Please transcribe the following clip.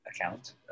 account